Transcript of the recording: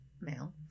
Male